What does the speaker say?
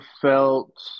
felt